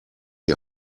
die